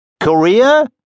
Korea